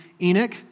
Enoch